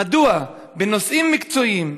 מדוע בנושאים מקצועיים,